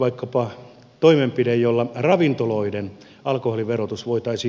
vaikkapa tehdä toimenpide jolla ravintoloiden alkoholiverotus voitaisiin puolittaa